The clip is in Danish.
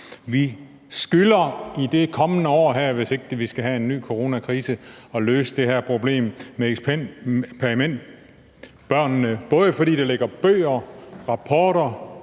Vi skylder her i det kommende år, hvis ikke vi skal have en ny coronakrise, at løse det her problem med eksperimentbørnene, både fordi der ligger bøger, rapporter,